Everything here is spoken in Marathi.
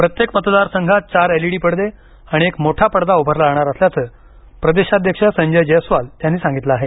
प्रत्येक मतदार संघात चार एलईडी पडदे आणि आणि एक मोठा पडदा उभारला जाणार असल्याचं प्रदेशाध्यक्ष संजय जयस्वाल यांनी सांगितलं आहे